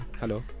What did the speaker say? hello